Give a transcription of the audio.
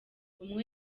umwe